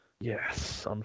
Yes